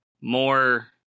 more